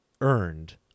earned